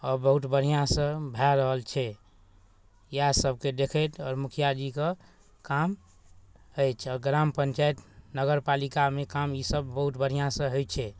आओर बहुत बढ़िआँसँ भऽ रहल छै इएहसबके देखैत आओर मुखिआजीके काम अछि आओर ग्राम पञ्चायत नगरपालिकामे काम ईसब बहुत बढ़िआँसँ होइ छै